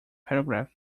paragraph